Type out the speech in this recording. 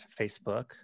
Facebook